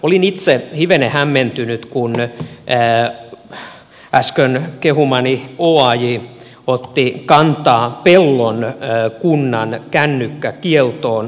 olin itse hivenen hämmentynyt kun äsken kehumani oaj otti kantaa pellon kunnan kännykkäkieltoon